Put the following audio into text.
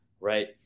right